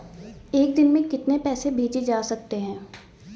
एक दिन में कितने पैसे भेजे जा सकते हैं?